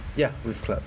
ya we've clapped